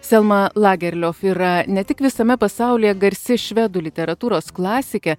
selma lagerliof yra ne tik visame pasaulyje garsi švedų literatūros klasikė